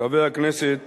חבר הכנסת